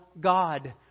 God